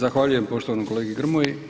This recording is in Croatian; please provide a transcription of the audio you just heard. Zahvaljujem poštovanom kolegi Grmoji.